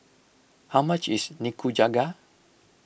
how much is Nikujaga